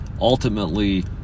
ultimately